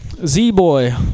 Z-boy